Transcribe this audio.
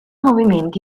movimenti